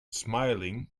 smiling